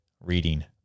reading